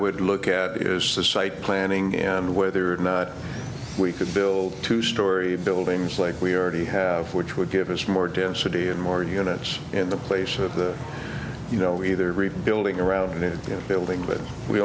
would look at is the site planning and whether or not we could build two story buildings like we are already have which would give us more density and more units in the place of the you know either building around new building but we